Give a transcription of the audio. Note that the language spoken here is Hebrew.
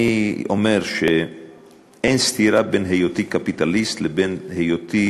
אני אומר שאין סתירה בין היותי קפיטליסט לבין היותי